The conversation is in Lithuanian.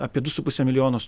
apie du su puse milijono